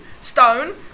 stone